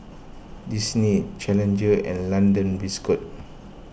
Disney Challenger and London Biscuit